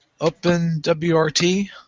OpenWRT